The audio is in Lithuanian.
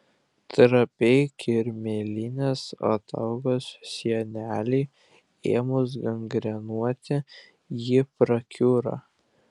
trapiai kirmėlinės ataugos sienelei ėmus gangrenuoti ji prakiūra